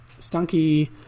Stunky